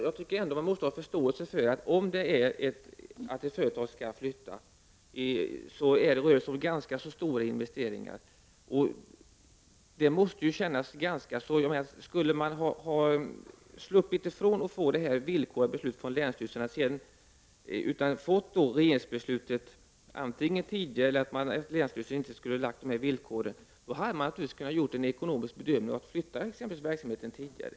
Jag tycker att man måste ha förståelse för att det för ett företag som skall flytta blir fråga om ganska stora investeringar. Om företaget hade sluppit att få ett villkorat beslut från länsstyrelsen och i stället antingen hade fått regeringsbeslutet tidigare eller hade fått ett icke villkorat beslut från länsstyrelsen, skulle man naturligtvis ha kunnat göra en sådan ekonomisk bedömning att verksamheten hade kunnat flyttas tidigare.